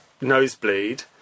nosebleed